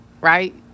right